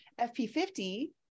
FP50